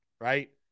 right